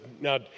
now